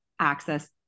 access